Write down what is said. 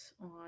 on